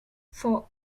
for